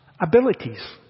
abilities